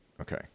Okay